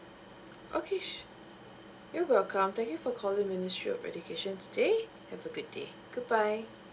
okay sure you're welcome thank you for calling ministry of education today have a good day goodbye